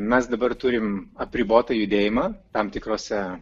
mes dabar turime apribotą judėjimą tam tikrose